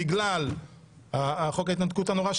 בגלל חוק ההתנתקות הנורא,